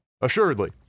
assuredly